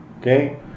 okay